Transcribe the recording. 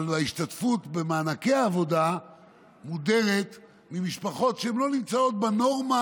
מההשתתפות במענקי העבודה מודרות ממשפחות שלא נמצאות בנורמה